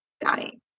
dying